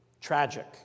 tragic